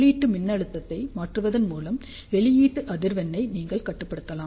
உள்ளீட்டு மின்னழுத்தத்தை மாற்றுவதன் மூலம் வெளியீட்டு அதிர்வெண் ஐ நீங்கள் கட்டுப்படுத்தலாம்